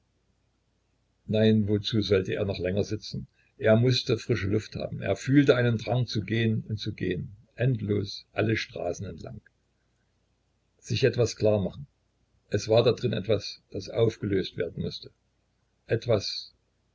nein wozu sollte er noch länger sitzen er mußte frische luft haben er fühlte einen drang zu gehen und zu gehen endlos alle straßen entlang sich etwas klar machen es war da drin etwas das aufgelöst werden mußte etwas